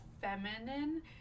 feminine